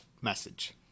message